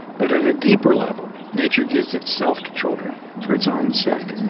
but at a deeper level nature gives itself to children for its own sake,